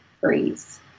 freeze